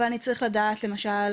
אבל אני צריך לדעת למשל,